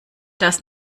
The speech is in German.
das